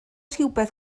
rhywbeth